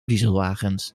dieselwagens